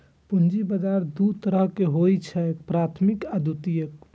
पूंजी बाजार दू तरहक होइ छैक, प्राथमिक आ द्वितीयक